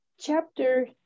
chapter